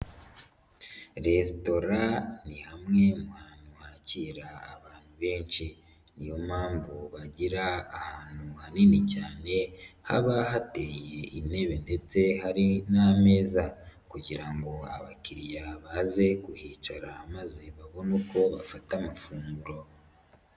Resitora ni hamwe mu hantu hakira abantu benshi ni yo mpamvu bagira ahantu hanini cyane haba hateye intebe ndetse hari n'ameza kugira ngo abakiriya baze kuhicara maze babone uko bafata amafunguro.